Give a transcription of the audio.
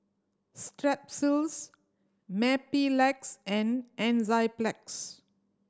Strepsils Mepilex and Enzyplex